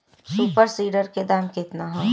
Super seeder के दाम केतना ह?